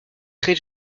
très